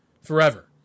forever